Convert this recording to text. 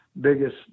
biggest